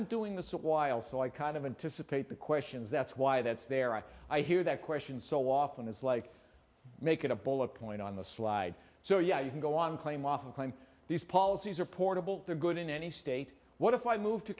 been doing this a while so i kind of anticipate the questions that's why that's there i hear that question so often it's like make it a bullet point on the slide so yeah you can go on claim off and claim these policies are portable they're good in any state what if i move to